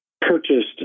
purchased